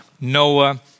Noah